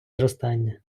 зростання